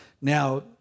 Now